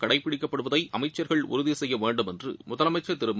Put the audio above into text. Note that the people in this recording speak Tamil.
கடைபிடிக்கப்படுவதை அமைச்சர்கள் உறுதி செய்ய வேண்டும் என்று முதலமைச்சர் திரு மு